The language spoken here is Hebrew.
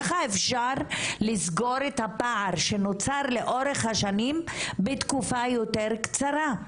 ככה אפשר לסגור את הפער שנוצר לאורך השנים בתקופה יותר קצרה,